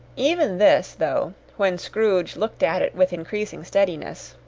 even this, though, when scrooge looked at it with increasing steadiness,